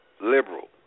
liberal